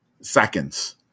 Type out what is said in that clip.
seconds